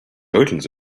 oceans